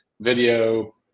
video